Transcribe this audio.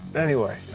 anyway,